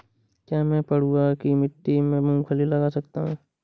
क्या मैं पडुआ की मिट्टी में मूँगफली लगा सकता हूँ?